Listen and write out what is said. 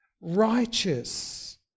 righteous